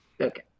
Okay